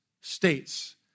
states